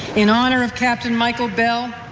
in honor of captain michael bell,